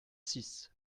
six